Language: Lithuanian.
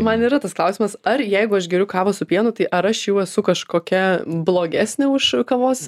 man yra tas klausimas ar jeigu aš geriu kavą su pienu tai ar aš jau esu kažkokia blogesnė už kavos